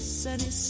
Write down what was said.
sunny